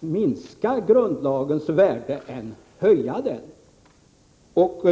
minska än höja grundlagens värde.